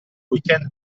weekend